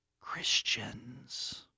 Christians